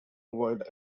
world